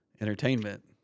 entertainment